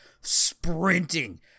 sprinting